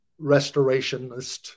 restorationist